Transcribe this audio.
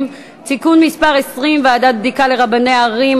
(תיקון מס' 29) (ועדת בדיקה לרבני ערים),